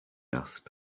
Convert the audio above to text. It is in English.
asked